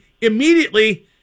immediately